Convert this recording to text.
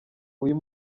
uyu